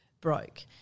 broke